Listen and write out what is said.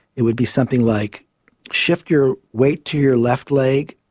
it would be something like shift your weight to your left leg,